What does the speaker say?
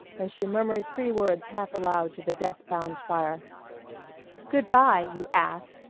and she murmured three words half aloud to the death-bound fire good-by, you ass!